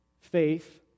faith